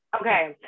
Okay